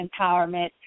Empowerment